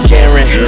Karen